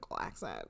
accent